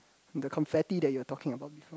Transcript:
the confetti that you're talking about before